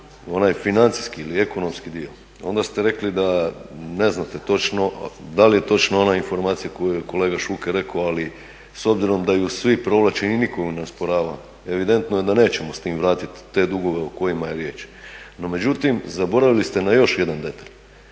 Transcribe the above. onaj financijski ili ekonomski dio onda ste rekli da ne znate točno da li je točna ona informacija koju je kolega Šuker rekao ali s obzirom da ju svi provlače i nitko ju ne osporava, evidentno je da nećemo sa tim vratiti te dugove o kojima je riječ. No međutim zaboravili ste na još jedan detalj